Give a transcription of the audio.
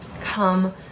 Come